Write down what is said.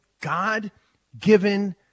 God-given